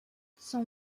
son